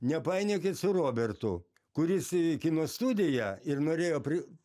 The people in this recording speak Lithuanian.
nepainiokit su robertu kuris į kino studiją ir norėjo pri